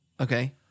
Okay